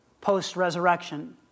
post-resurrection